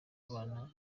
abana